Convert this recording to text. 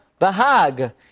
Bahag